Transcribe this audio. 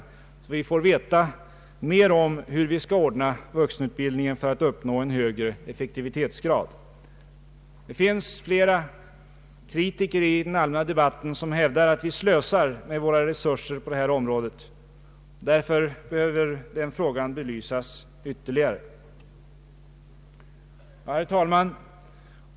Vi måste bl.a. få veta mer om hur vi skall ordna vuxenutbildningen för att nå en högre effektivitetsgrad. Det finns flera kritiker i den allmänna debatten som hävdar att vi slösar med våra resurser på detta område. Därför behöver denna fråga belysas ytterligare. Herr talman!